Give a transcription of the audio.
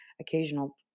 occasional